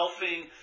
selfing